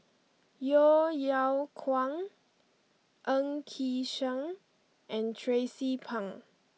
Yeo Yeow Kwang Ng Yi Sheng and Tracie Pang